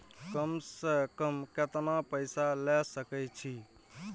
कम से कम केतना पैसा ले सके छी?